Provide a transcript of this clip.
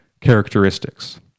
characteristics